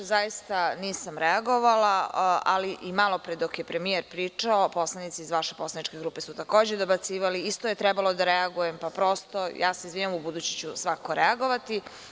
Zaista nisam reagovala, ali i malopre dok je premijer pričao, poslanici iz vaše poslaničke grupe su takođe dobacivali i isto je trebalo da reagujem, pa prosto ja se izvinjavam, ubuduće ću svakako reagovati.